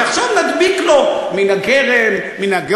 ועכשיו נדביק לו מן הגורן,